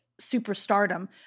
superstardom